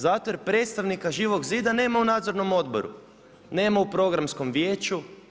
Zato jer predstavnika Živog zida nema u nadzornog odboru, nema u programskom vijeću.